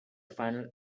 final